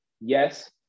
yes